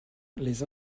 les